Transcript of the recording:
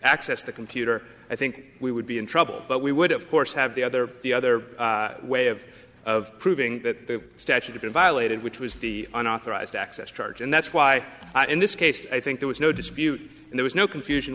access the computer i think we would be in trouble but we would of course have the other the other way of of proving that statute have been violated which was the unauthorized access charge and that's why in this case i think there was no dispute there was no confusion